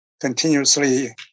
continuously